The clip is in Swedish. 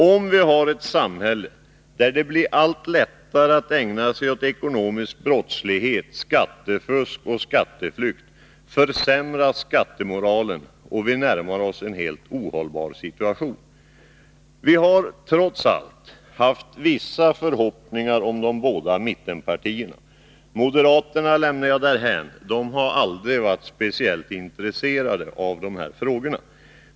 Om vi har ett samhälle, där det blir allt lättare att ägna sig åt ekonomisk brottslighet, skattefusk och skatteflykt, försämras skattemoralen, och vi närmar oss en helt ohållbar situation. 115 Vi har, trots allt, haft vissa förhoppningar om de båda mittenpartierna. Moderaterna lämnar jag därhän — de har aldrig varit speciellt intresserade av dessa frågor.